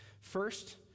First